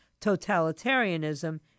totalitarianism